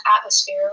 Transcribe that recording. atmosphere